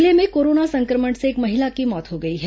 जिले में कोरोना संक्रमण से एक महिला की मौत हो गई है